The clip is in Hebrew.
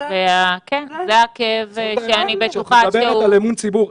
זה כאב שאני בטוחה שהוא --- כשאת מדברת על אמון ציבור,